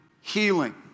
healing